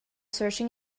searching